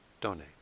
donate